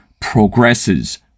progresses